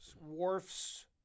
Worf's